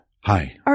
Hi